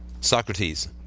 Socrates